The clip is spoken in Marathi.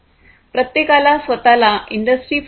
प्रत्येकाला स्वत ला इंडस्ट्री 4